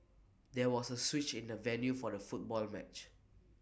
there was A switch in the venue for the football match